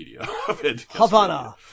Havana